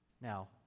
Now